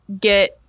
get